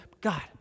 God